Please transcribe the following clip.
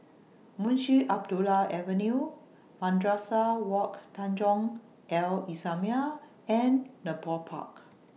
Munshi Abdullah Avenue Madrasah Wak Tanjong Al Islamiah and Nepal Park